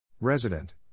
Resident